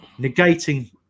negating